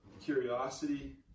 curiosity